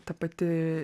ta pati